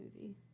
movie